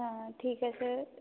ਹਾਂ ਠੀਕ ਹੈ ਸਰ